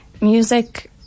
music